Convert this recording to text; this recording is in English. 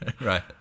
Right